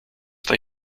they